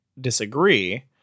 disagree